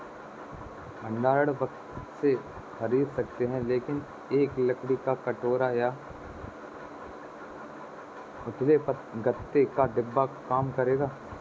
भंडारण बक्से खरीद सकते हैं लेकिन एक लकड़ी का टोकरा या उथले गत्ते का डिब्बा भी काम करेगा